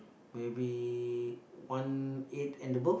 maybe one eight and above